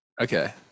Okay